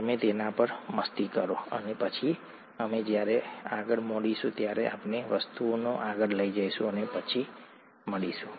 તમે તેના પર મસ્તી કરો અને પછી અમે જ્યારે અમે આગળ મળીશું અમે વસ્તુઓને આગળ લઈ જઈશું પછી મળીશું